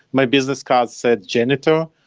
my business card said janitor.